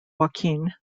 joaquin